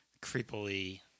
creepily